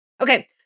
Okay